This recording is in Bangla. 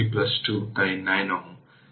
সুতরাং এই 7 Ω সেখানে থাকা উচিত নয়